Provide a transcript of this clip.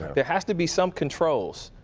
there has to be some controls.